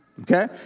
Okay